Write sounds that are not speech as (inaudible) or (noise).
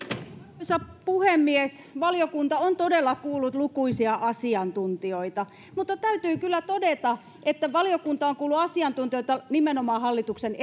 arvoisa puhemies valiokunta on todella kuullut lukuisia asiantuntijoita mutta täytyy kyllä todeta että valiokunta on kuullut asiantuntijoita nimenomaan hallituksen (unintelligible)